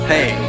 Hey